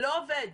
לא עובד.